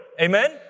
Amen